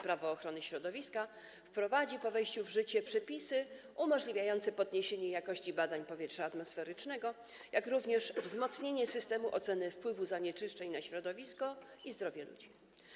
Prawo ochrony środowiska wprowadzi, po wejściu ustawy w życie, przepisy umożliwiające poprawę jakości badań powietrza atmosferycznego, jak również wzmocnienie systemu oceny wpływu zanieczyszczeń na środowisko i zdrowie ludzi.